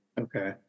Okay